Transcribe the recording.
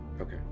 okay